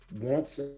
wants